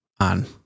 on